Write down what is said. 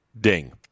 ding